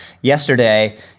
yesterday